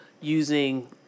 using